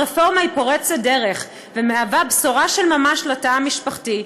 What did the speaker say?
הרפורמה היא פורצת דרך ומהווה בשורה של ממש לתא המשפחתי,